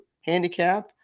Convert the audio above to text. handicap